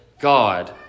God